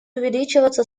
увеличиваться